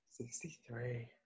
Sixty-three